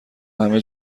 همه